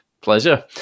Pleasure